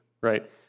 right